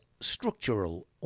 structural